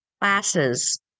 classes